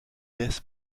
death